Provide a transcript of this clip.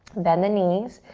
bend the knees.